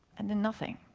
and then nothing.